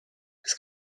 das